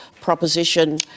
proposition